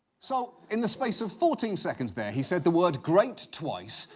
so, in the space of fourteen seconds there, he said the word great twice,